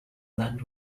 land